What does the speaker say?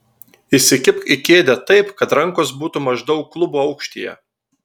įsikibk į kėdę taip kad rankos būtų maždaug klubų aukštyje